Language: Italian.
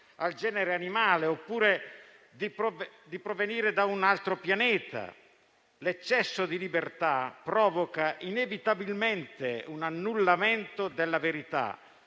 al genere animale oppure di provenire da un altro pianeta? L'eccesso di libertà provoca inevitabilmente un annullamento della verità,